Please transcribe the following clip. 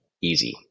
easy